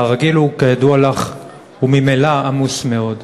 והרגיל הוא כידוע לך ממילא עמוס מאוד.